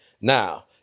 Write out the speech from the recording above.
Now